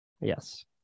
Yes